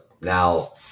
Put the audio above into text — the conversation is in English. now